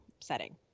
setting